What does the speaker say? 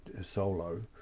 solo